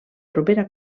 propera